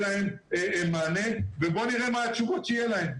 להם מענה ובוא נראה מה התשובות שיהיו להם.